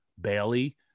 Bailey